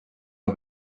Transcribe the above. our